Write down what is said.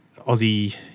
Aussie